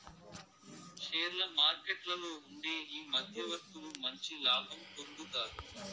షేర్ల మార్కెట్లలో ఉండే ఈ మధ్యవర్తులు మంచి లాభం పొందుతారు